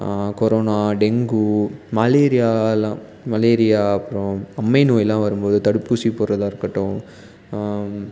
corona dengue மலேரியாலாம் malaria அப்புறோம் அம்மை நோய்லாம் வரும்போது தடுப்பூசி போடுறதா இருக்கட்டும்